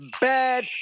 bad